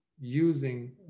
using